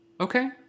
Okay